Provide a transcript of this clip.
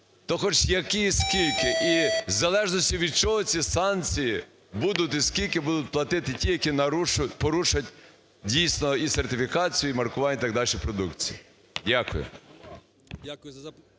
то хоч які і скільки, і в залежності від чого санкції будуть і скільки будуть платити ті, які порушать дійсно і сертифікацію, і маркування, і так дальше продукції? Дякую.